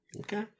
Okay